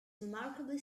remarkably